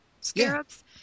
scarabs